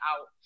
out